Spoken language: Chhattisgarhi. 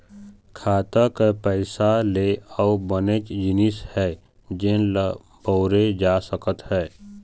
खाता के पइसा ले अउ बनेच जिनिस हे जेन ल बउरे जा सकत हे